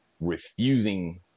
refusing